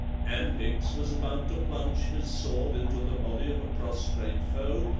ampyx was about to plunge his sword into the body of a prostrate foe,